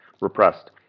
repressed